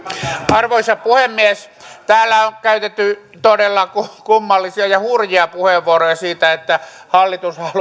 arvoisa puhemies täällä on käytetty todella kummallisia ja hurjia puheenvuoroja siitä että hallitus